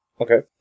Okay